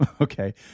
Okay